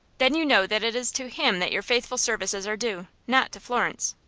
then you know that it is to him that your faithful services are due, not to florence?